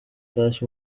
cash